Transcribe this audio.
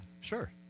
sure